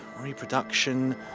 reproduction